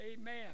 amen